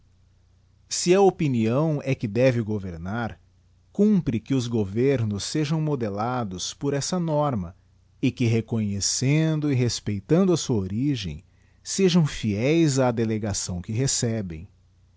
se a opinião é que deve governar cumpre que os governos sejam modelados por essa norma e que reconhecendo e respeitando a sua origem sejam fieis á delegação que recebem